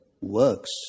works